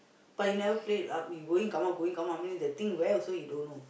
but he never play uh we go in come out go in come out meaning the thing where also he don't know